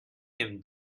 him